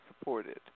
supported